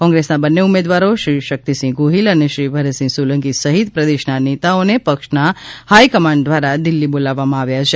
કોંગ્રેસના બન્ને ઉમેદવારો શ્રી શક્તિસિંહ ગોહિલ અને શ્રી ભરતસિંહ સોલંકી સહીત પ્રદેશના નેતાઓને પક્ષના હાઇકમાન્ડ દ્વારા દિલ્હી બોલાવવામાં આવ્યા છે